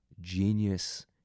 genius